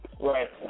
Right